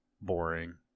boring